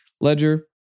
Ledger